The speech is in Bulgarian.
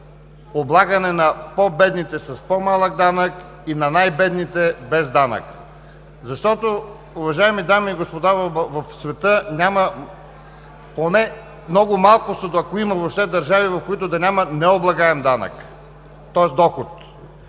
облагане на по-бедните с по-малък данък и на най-бедните без данък. Уважаеми дами и господа, в света няма, поне много малко са, ако има въобще държави, в които да няма необлагаем доход.